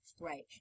Right